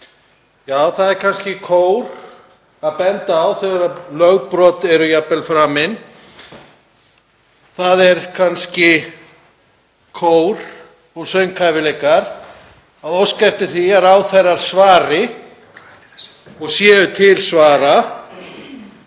Ja, það er kannski kór að benda á þegar lögbrot eru jafnvel framin. Það er kannski kór og sönghæfileikar að óska eftir því að ráðherrar svari og séu til svara.